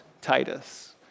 Titus